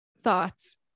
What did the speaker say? thoughts